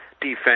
Defense